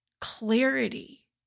clarity